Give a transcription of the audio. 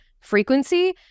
frequency